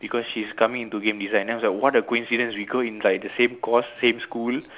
because she's coming into game design then I was what a coincidence we go in like the same course same school